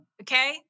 Okay